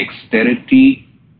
dexterity